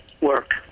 work